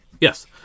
Yes